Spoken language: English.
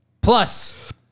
Plus